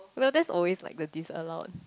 well that's always like this disallowed